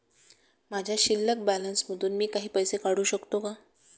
माझ्या शिल्लक बॅलन्स मधून मी काही पैसे काढू शकतो का?